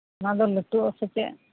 ᱚᱱᱟ ᱫᱚ ᱞᱟᱹᱴᱩᱜᱼᱟᱥᱮ ᱪᱮᱫ